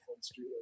Street